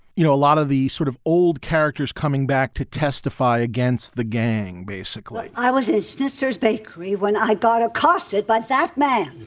you know, a lot of the sort of old characters coming back to testify against the gang, basically i was in a stitchers bakery when i got accosted by that man.